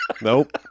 nope